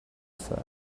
said